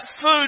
food